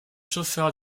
chauffeur